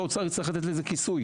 ומשרד האוצר יצטרך לתת לזה כיסוי.